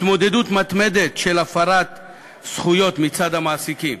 התמודדות מתמדת עם הפרת זכויות מצד המעסיקים,